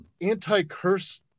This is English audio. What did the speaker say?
anti-curse